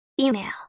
email